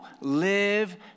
live